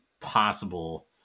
possible